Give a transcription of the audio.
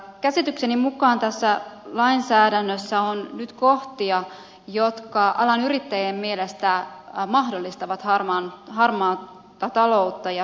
käsitykseni mukaan tässä lainsäädännössä on nyt kohtia jotka alan yrittäjien mielestä mahdollistavat harmaata taloutta ja pimeää työtä